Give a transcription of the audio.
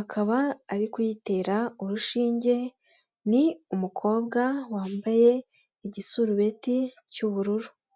akaba ari kuyitera urushinge, ni umukobwa wambaye igisurureti cy'ubururu.